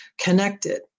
connected